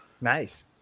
nice